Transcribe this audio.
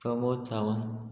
Pramod Sawant